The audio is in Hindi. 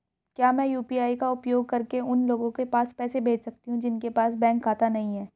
क्या मैं यू.पी.आई का उपयोग करके उन लोगों के पास पैसे भेज सकती हूँ जिनके पास बैंक खाता नहीं है?